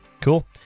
cool